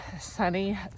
sunny